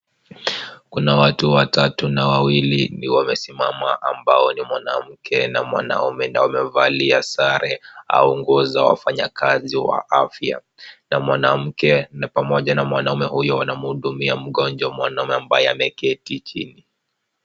Kuna watatu na wawili wamesimama ambao ni mwanamke na mwanaume na wamevalia sare au nguo za wafanyakazi wa afya na mwanamke na pamoja na mwanaume huyo wanamhudumia mgonjwa mwanaume ambaye ameketi chini.